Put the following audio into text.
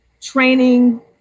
Training